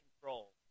control